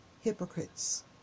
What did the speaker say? hypocrites